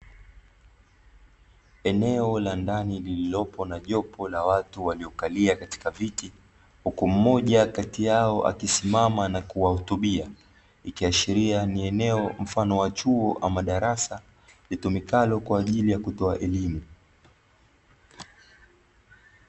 Eneo la ndani lililopo na jopo la watu waliokalia katika viti, huku mmoja kati yao akisimama na kuwahutubia ikiashiria ni eneo mfano wa chuo ama darasa, litumikalo kwa ajili ya kutoa elimu.